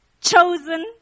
chosen